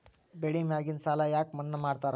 ಬೆಳಿ ಮ್ಯಾಗಿನ ಸಾಲ ಯಾಕ ಮನ್ನಾ ಮಾಡ್ತಾರ?